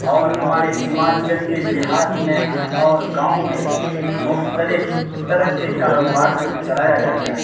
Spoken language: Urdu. اور ہمارے سیمانچل کے دیہات میں اور گاؤں میں مختلف طرح کے کاروبار کو چلایا جاتا ہے